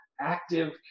active